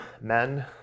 men